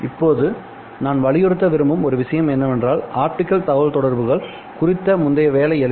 இப்போது நான் வலியுறுத்த விரும்பும் ஒரு விஷயம் என்னவென்றால் ஆப்டிகல் தகவல்தொடர்புகள் குறித்த முந்தைய வேலை எளிது